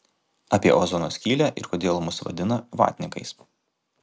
apie ozono skylę ir kodėl mus vadina vatnikais